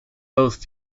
both